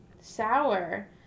sour